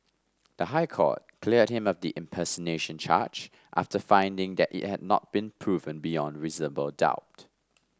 the High Court cleared him of the impersonation charge after finding that it had not been proven beyond reasonable doubt